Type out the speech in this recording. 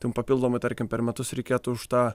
tai jum papildomai tarkim per metus reikėtų už tą